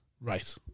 Right